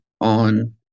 on